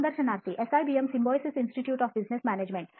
ಸಂದರ್ಶನಾರ್ಥಿ SIBM Symbiosis Institute of Business Management